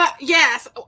Yes